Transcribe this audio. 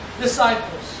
disciples